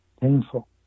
painful